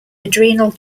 adrenal